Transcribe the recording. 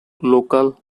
local